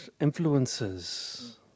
influences